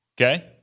Okay